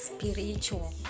Spiritual